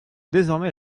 désormais